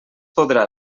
podrà